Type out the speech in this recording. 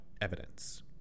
evidence